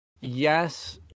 yes